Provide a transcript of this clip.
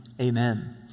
amen